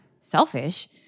selfish